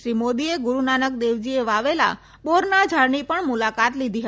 શ્રી મોદીએ ગુરૂનાનક દેવજીએ વાવેલા બોરના ઝાડની પણ મુલાકાત લીધી હતી